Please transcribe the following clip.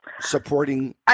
supporting